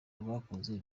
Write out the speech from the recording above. rwakoze